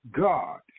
God